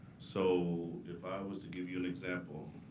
so if i was to give you an example,